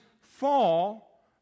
fall